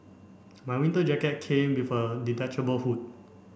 my winter jacket came with a detachable hood